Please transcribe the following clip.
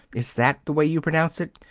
is that the way you pronounce it?